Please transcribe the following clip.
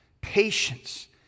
patience